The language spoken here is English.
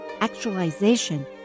actualization